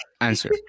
answer